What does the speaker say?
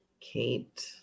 Kate